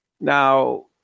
Now